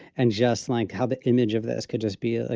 and just like how the image of this could just be ah ah